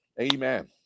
Amen